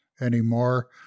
anymore